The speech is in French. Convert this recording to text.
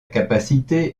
capacité